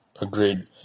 agreed